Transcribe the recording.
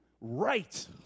Right